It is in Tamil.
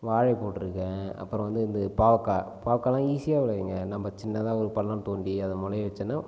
வாழைப் போட்டிருக்கேன் அப்புறம் வந்து இந்த பாகக்கா பாகக்காலாம் ஈஸியா விளையுங்க நம்ம சின்னதாக ஒரு பள்ளம் தோண்டி அதை முளைய வைச்சோன்னா